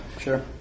Sure